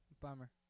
Bummer